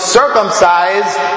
circumcised